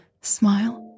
smile